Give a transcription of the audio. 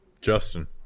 Justin